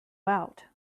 out